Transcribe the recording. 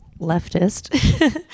leftist